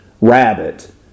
Rabbit